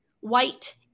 white